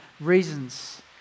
reasons